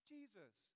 Jesus